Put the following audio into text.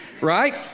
right